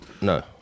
no